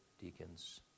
deacons